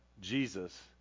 Jesus